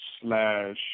slash